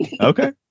okay